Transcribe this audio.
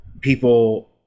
people